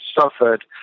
suffered